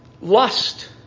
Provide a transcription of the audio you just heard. Lust